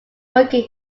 working